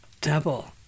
double